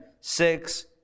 six